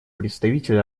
представитель